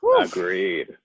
Agreed